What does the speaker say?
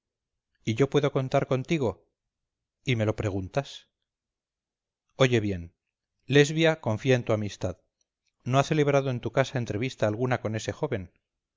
y yo puedo contar contigo y me lo preguntas oye bien lesbia confía en tu amistad no ha celebrado en tu casa entrevista alguna con ese joven